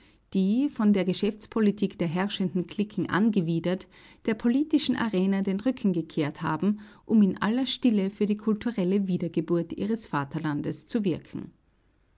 die von der geschäftspolitik der herrschenden cliquen angewidert der politischen arena den rücken gekehrt haben um in aller stille für die kulturelle wiedergeburt ihres vaterlandes zu wirken